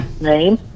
name